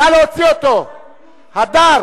נא לצאת לעשר דקות.